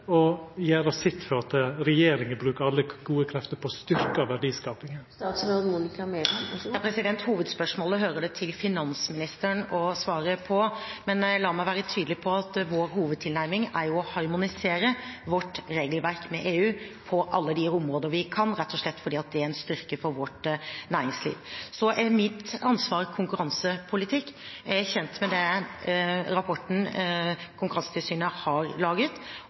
og gjera sitt for at regjeringa bruker alle gode krefter på å styrkja verdiskapinga. Hovedspørsmålet hører det til finansministeren å svare på, men la meg være tydelig på at vår hovedtilnærming er å harmonisere vårt regelverk med EU på alle de områder vi kan, rett og slett fordi det er en styrke for vårt næringsliv. Så er mitt ansvar konkurransepolitikk. Jeg er kjent med den rapporten Konkurransetilsynet har laget,